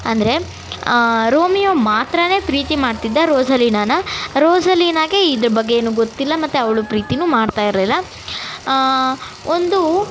ಅಂದರೆ ರೋಮಿಯೋ ಮಾತ್ರನೇ ಪ್ರೀತಿ ಮಾಡ್ತಿದ್ದ ರೋಸಲೀನನ ರೋಸಲೀನಾಗೆ ಇದ್ರ ಬಗ್ಗೆ ಏನು ಗೊತ್ತಿಲ್ಲ ಮತ್ತೆ ಅವಳು ಪ್ರೀತಿಯೂ ಮಾಡ್ತಾಯಿರಲಿಲ್ಲ ಒಂದು